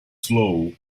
slow